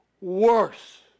worse